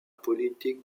politique